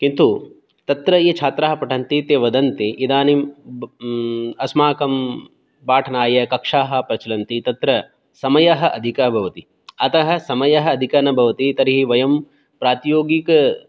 किन्तु तत्र ये छात्राः पठन्ति ते वदन्ति इदानीम् अस्माकं पाठनाय कक्षाः प्रचलन्ति तत्र समयः अधिकः भवति अतः समयः अधिकः न भवति तर्हि वयं प्रातियोगिक